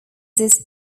his